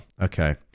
okay